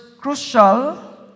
crucial